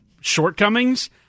shortcomings